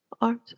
Arms